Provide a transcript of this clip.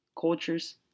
cultures